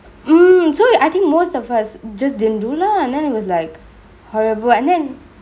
so you I think most of us just dim do lah and then he was like horrible and then